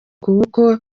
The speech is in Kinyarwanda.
kuko